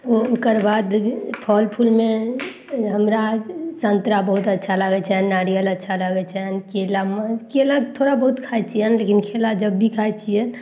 ओकर बाद फल फूलमे हमरा सन्तरा बहुत अच्छा लागय छनि आओर नारियल अच्छा लागय छनि केलामे केला थोड़ा बहुत खाइ छियनि लेकिन केला जब भी खाइ छियनि